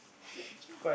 it's like okay lah